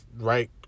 right